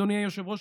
אדוני היושב-ראש,